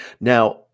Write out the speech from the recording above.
Now